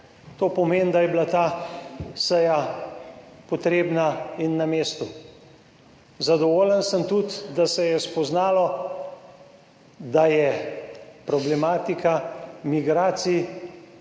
To pomeni, da je bila ta seja potrebna in na mestu. Zadovoljen sem tudi, da se je spoznalo, da je problematika migracij